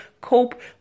cope